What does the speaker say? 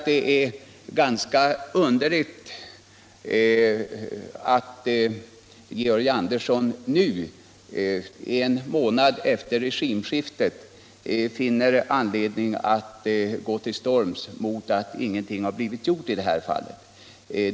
Det är ganska underligt att Georg Andersson nu, en månad efter regimskiftet, finner anledning att gå till storms mot att ingenting har blivit gjort i detta fall.